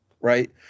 right